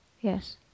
Yes